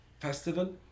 festival